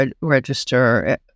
register